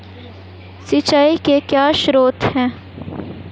सिंचाई के क्या स्रोत हैं?